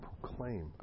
proclaim